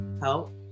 help